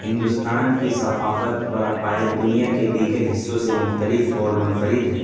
ہندوستان کی ثقافت اور عقائد دنیا کے دیگر حصوں سے مختلف اور منفرد ہیں